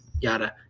yada